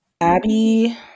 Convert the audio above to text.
Abby